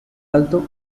alto